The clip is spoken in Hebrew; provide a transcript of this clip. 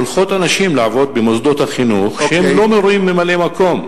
שולחות לעבוד במוסדות החינוך אנשים שהם לא מורים ממלאי-מקום.